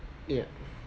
ya